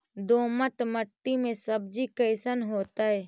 दोमट मट्टी में सब्जी कैसन होतै?